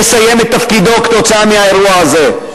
יסיים את תפקידו כתוצאה מהאירוע הזה.